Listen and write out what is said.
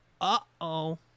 Uh-oh